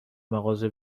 مغازه